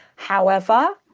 however,